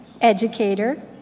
educator